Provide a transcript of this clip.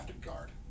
guard